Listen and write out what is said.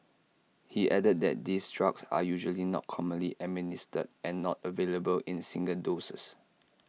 he added that these drugs are usually not commonly administered and not available in single doses